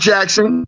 Jackson